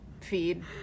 feed